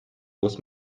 bus